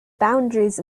boundaries